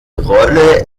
rolle